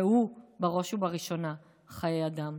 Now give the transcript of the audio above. והוא, בראש ובראשונה, חיי אדם,